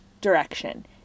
direction